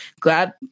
glad